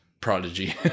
prodigy